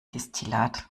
destillat